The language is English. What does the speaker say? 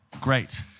Great